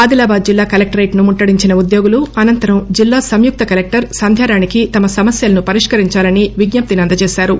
ఆదిలాబాద్ జిల్లా కలెక్టరేట్ ను ముట్టడించిన ఉద్యోగులు అనంతరం జిల్లా సంయుక్త కలెక్టర్ సంధ్య రాణికి తమ సమస్యలను పరిష్కరించాలని విజ్ఞప్తిని అందజేశారు